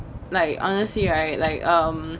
like honestly right like um